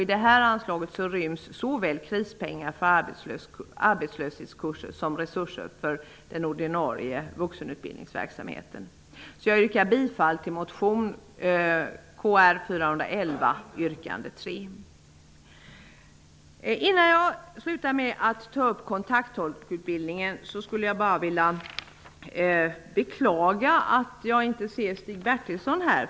I det anslaget ryms såväl krispengar för arbetslöshetskurser som resurser för den ordinarie vuxenutbildningsverksamheten. Innan jag tar upp frågan om kontakttolkutbildningen skulle jag vilja beklaga att jag inte ser Stig Bertilsson här.